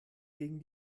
gegen